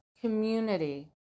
community